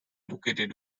located